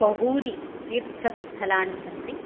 बहूनि तीर्थस्थलानि सन्ति